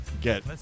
get